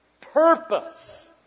purpose